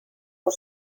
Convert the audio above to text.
por